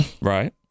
Right